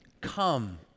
come